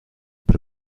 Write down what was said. per